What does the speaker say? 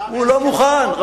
אבל הוא חתם הסכם שלום אתנו.